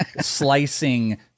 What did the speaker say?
slicing